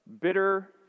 Bitter